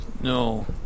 No